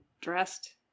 dressed